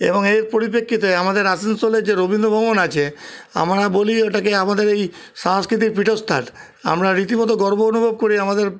এবং এর পরিপেক্ষিতে আমাদের আসানসোলের যে রবীন্দ্র ভবন আছে আমরা বলি ওটাকে আমাদের এই সাংস্কৃতিক পীঠস্থান আমরা রীতিমত গর্ব অনুভব করি আমাদের